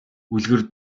үлгэр